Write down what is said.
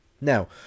now